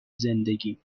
زندگیم